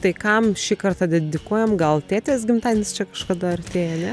tai kam šį kartą dedikuojam gal tėtės gimtadienis čia kažkada artėja ne